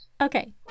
okay